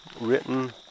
written